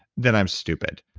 then i'm stupid.